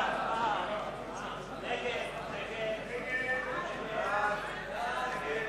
ההצעה להסיר מסדר-היום את הצעת חוק זיכרון השואה והגבורה,